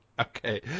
Okay